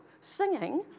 singing